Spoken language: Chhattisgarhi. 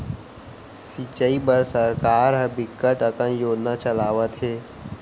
सिंचई बर सरकार ह बिकट अकन योजना चलावत हे